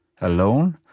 Alone